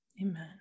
Amen